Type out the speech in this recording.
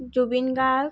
Zubeen Garg